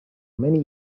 many